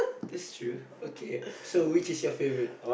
that's true okay so which is your favorite